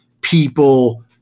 people